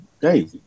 hey